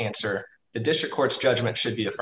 answer the district court's judgment should be if